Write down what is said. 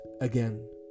again